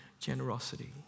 Generosity